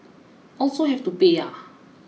also have to pay ah